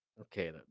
okay